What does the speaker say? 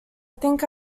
think